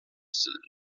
cylinder